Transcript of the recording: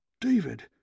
David